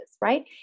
right